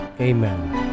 Amen